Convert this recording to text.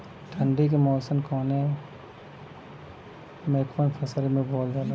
ठंडी के मौसम कवने मेंकवन फसल के बोवाई होखेला?